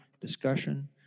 discussion